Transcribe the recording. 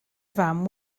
fam